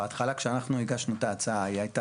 בהתחלה כשאנחנו הגשנו את ההצעה היא הייתה